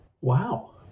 Wow